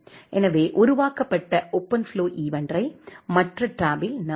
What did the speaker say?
எனவே உருவாக்கப்பட்ட ஓப்பன்ஃப்ளோ ஈவென்ட்டை மற்ற டேப்பில் நாம் காணலாம்